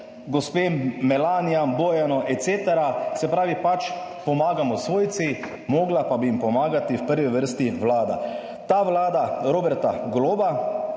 gospe Melanijam, Bojanu, etc., se pravi, pač pomagamo svojci, mogla pa bi jim pomagati v prvi vrsti Vlada, ta Vlada Roberta Goloba,